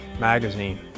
Magazine